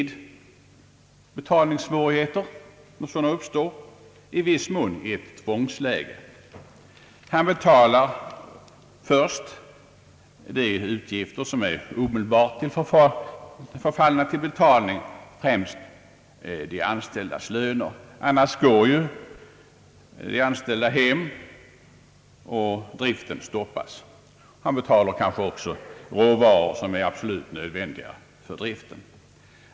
Då betalningssvårigheter uppstår, är arbetsgivaren i viss mån i ett tvångsläge. Han betalar först de utgifter som är omedelbart förfallna till betalning, främst de anställdas löner — annars går ju de anställda hem och driften stoppas. Han betalar kanske också råvaror som är absolut nödvändiga för driften.